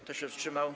Kto się wstrzymał?